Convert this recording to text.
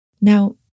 Now